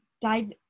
dive